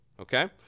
Okay